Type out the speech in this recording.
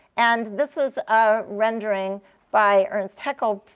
and this is a rendering by ernst haeckel,